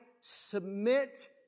submit